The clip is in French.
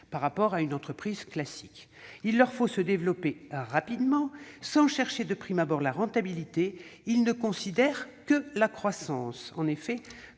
par rapport à une entreprise classique. Il leur faut se développer rapidement, sans chercher de prime abord la rentabilité- elles ne considèrent que la croissance. En effet,